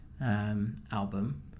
album